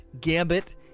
Gambit